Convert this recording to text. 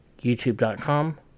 youtube.com